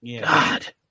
God